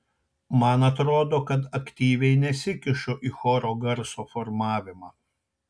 man atrodo kad aktyviai nesikišu į choro garso formavimą